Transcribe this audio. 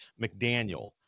McDaniel